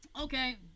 Okay